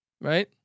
right